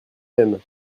même